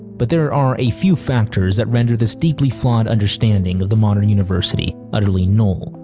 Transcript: but there are a few factors that render this deeply flawed understanding of the modern university utterly null.